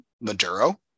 Maduro